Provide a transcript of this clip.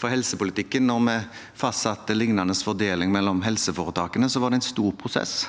fra helsepolitikken: Da vi fastsatte lignende fordeling mellom helseforetakene, var det en stor prosess,